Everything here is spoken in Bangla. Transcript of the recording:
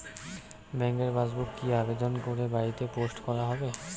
ব্যাংকের পাসবুক কি আবেদন করে বাড়িতে পোস্ট করা হবে?